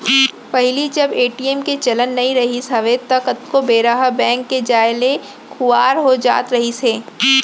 पहिली जब ए.टी.एम के चलन नइ रिहिस हवय ता कतको बेरा ह बेंक के जाय ले खुवार हो जात रहिस हे